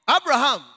Abraham